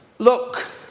Look